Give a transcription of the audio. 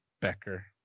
Becker